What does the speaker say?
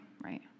right